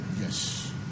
Yes